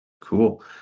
Cool